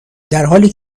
درحالی